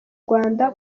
rwanda